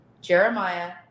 Jeremiah